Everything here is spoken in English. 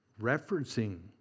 Referencing